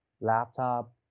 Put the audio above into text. laptop